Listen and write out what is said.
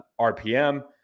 RPM